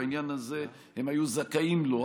והם היו זכאים לכך,